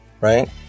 right